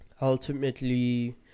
Ultimately